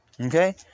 Okay